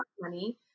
money